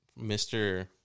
Mr